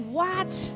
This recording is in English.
watch